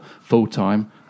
full-time